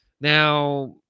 Now